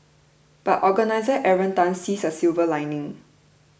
but organiser Aaron Tan sees a silver lining